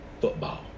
football